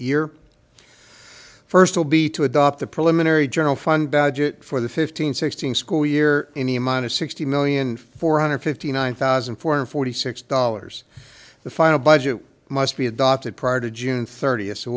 the first will be to adopt the preliminary general fund badgett for the fifteen sixteen school year any amount of sixty million four hundred fifty nine thousand four hundred forty six dollars the final budget must be adopted prior to june thirtieth so